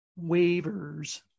waivers